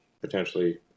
potentially